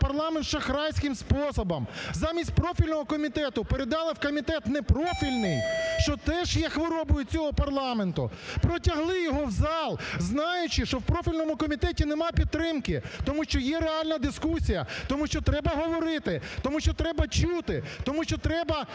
парламент шахрайським способом. Замість профільного комітету передали в комітет непрофільний, що теж є хворобою цього парламенту. Протягли його в зал, знаючи, що в профільному комітеті нема підтримки, тому що є реальна дискусія. Тому що треба говорити, тому що треба чути, тому що треба